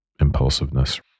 impulsiveness